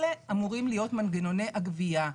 אלה אמורים להיות מנגנוני הגבייה.